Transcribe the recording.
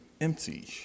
empty